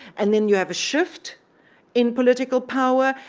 and then you have a shift in political power,